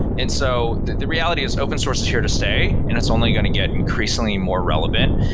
and so the the reality is open source is here to stay and it's only going to get increasingly more relevant.